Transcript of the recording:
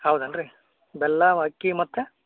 ಹೌದೇನು ರೀ ಬೆಲ್ಲ ಅಕ್ಕಿ ಮತ್ತು